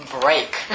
break